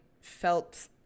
felt